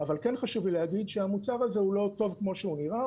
אבל כן חשוב לי להגיד שהמוצר הזה הוא לא טוב כמו שהוא נראה.